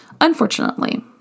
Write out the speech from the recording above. Unfortunately